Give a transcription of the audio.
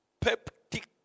peptic